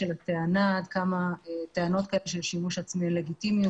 עד כמה טענות כאלה של שימוש עצמי לגיטימיות,